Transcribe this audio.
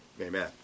amen